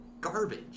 garbage